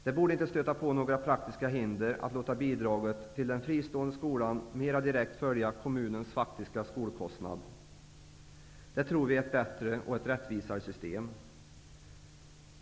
Det borde inte stöta på några praktiska hinder att låta bidraget till den fristående skolan mera direkt följa kommunens faktiska skolkostnad. Det tror vi är ett bättre och rättvisare system.